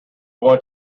want